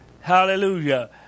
Hallelujah